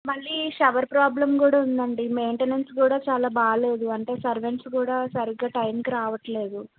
మళ్ళీ shower problem కూడా ఉందండి మెయిన్టెనెన్స్ కూడా చాలా బాగా లేదు అంటే సర్వెంట్స్ కూడా సరిగ్గా టైమ్కి రావట్లేదు